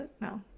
No